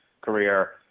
career